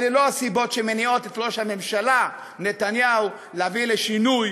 אלו לא הסיבות שמניעות את ראש הממשלה נתניהו להביא לשינוי